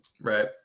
right